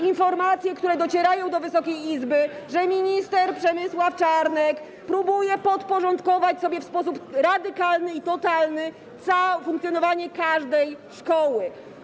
informacje, które docierają do Wysokiej Izby, że minister Przemysław Czarnek próbuje podporządkować sobie w sposób radykalny i totalny funkcjonowanie każdej szkoły.